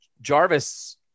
Jarvis